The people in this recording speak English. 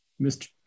Mr